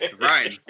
Ryan